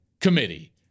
Committee